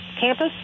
campus